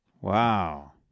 Wow